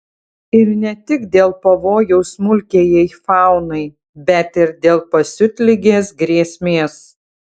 ir ne tik dėl pavojaus smulkiajai faunai bet ir dėl pasiutligės grėsmės